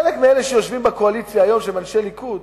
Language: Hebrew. חלק מאלה שיושבים בקואליציה היום, שהם אנשי ליכוד,